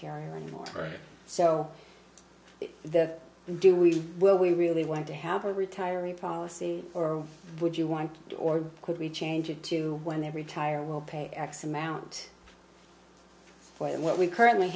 carrier and more so the do we will we really want to have a retiree policy or would you want or could we change it to when they retire will pay x amount for what we currently